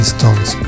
Stone's